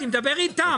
אני מדבר איתה.